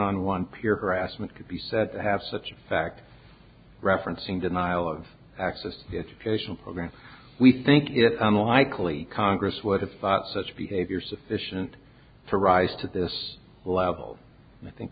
on one peer harassment could be said to have such a fact referencing denial of access to educational programs we think it's unlikely congress would have thought such behavior sufficient to rise to this level and i think